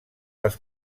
les